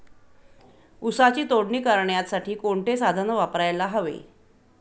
ऊसाची तोडणी करण्यासाठी कोणते साधन वापरायला हवे?